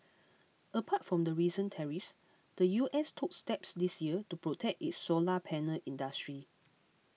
apart from the recent tariffs the U S took steps this year to protect its solar panel industry